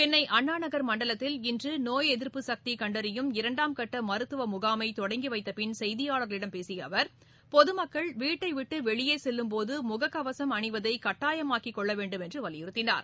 சென்ளை அண்ணாநகர் மண்டலத்தில் இன்று நோய் எதிர்ப்பு சக்தி கண்டறியும் இரண்டாம் கட்ட மருத்துவ முகாமை தொடங்கி வைத்த பின் செய்தியாளா்களிடம் பேசிய அவர் பொதமக்கள் வீட்டை விட்டு வெளியே செல்லும் போது முகக்கவசம் அணிவதை கட்டாயமாக்கி கொள்ள வேண்டும் என்று வலியுறுத்தினார்